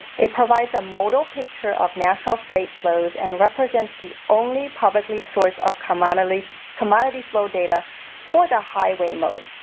it provides a modal picture of national site loads and represents the only publicly available source of commodity commodity flow data for the highway mode.